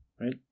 right